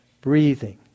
breathing